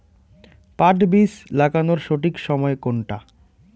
পাট বীজ লাগানোর সঠিক সময় কোনটা?